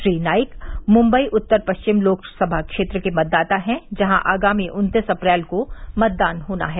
श्री नाईक मुंबई उत्तर पश्चिम लोकसभा क्षेत्र के मतदाता है जहां आगामी उन्तीस अप्रैल को मतदान होना है